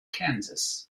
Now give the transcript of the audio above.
kansas